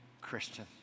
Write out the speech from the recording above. Christian